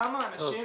כמה אנשים